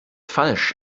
falsch